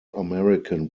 american